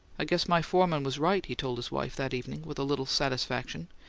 i guess my foreman was right, he told his wife, that evening, with a little satisfaction.